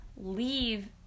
leave